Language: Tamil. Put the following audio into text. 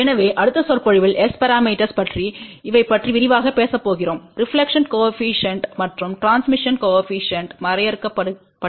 எனவே அடுத்த சொற்பொழிவில் S பரமீட்டர்ஸ் பற்றி இவை பற்றி விரிவாக பேசப்போகிறோம் ரெப்லக்க்ஷன் கோஏபிசிஎன்ட் மற்றும் டிரான்ஸ்மிஷன் கோஏபிசிஎன்ட் வரையறுக்கப்பட்டுள்ளன